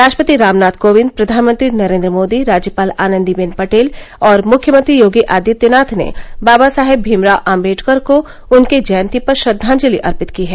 राष्ट्रपति रामनाथ कोविंद प्रधानमंत्री नरेंद्र मोदी राज्यपाल आनंदीबेन पटेल और मुख्यमंत्री योगी आदित्यनाथ ने बाबा साहेब भीमराव आम्बेडकर को उनकी जयंती पर श्रद्वांजलि अर्पित की है